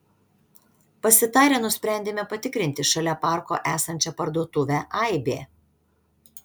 pasitarę nusprendėme patikrinti šalia parko esančią parduotuvę aibė